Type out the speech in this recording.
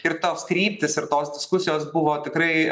ir tos kryptys ir tos diskusijos buvo tikrai